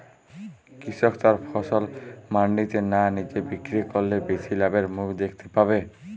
কৃষক তার ফসল মান্ডিতে না নিজে বিক্রি করলে বেশি লাভের মুখ দেখতে পাবে?